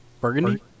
Burgundy